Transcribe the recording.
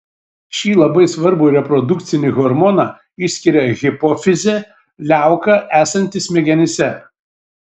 šį labai svarbų reprodukcinį hormoną išskiria hipofizė liauka esanti smegenyse